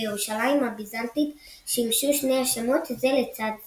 בירושלים הביזנטית שימשו שני השמות זה לצד זה.